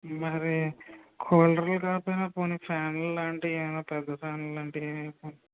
మరి కూలర్లు కాపోయినా పోనీ ఫ్యాన్లు లాంటివి ఏమైనా పెద్ద ఫ్యాన్ లాంటివి